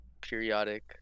periodic